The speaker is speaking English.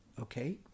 okay